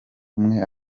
umwe